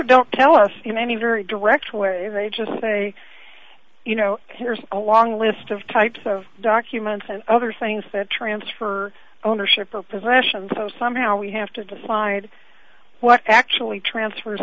have don't tell us you know any very direct where they just say you know here's a long list of types of documents and other things that transfer ownership of possessions so somehow we have to decide what actually transfers